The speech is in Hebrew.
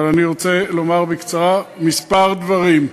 אני רוצה לומר בקצרה כמה דברים.